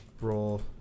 roll